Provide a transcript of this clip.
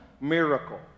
miracle